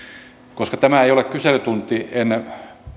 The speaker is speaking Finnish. koska tämä ei ole kyselytunti en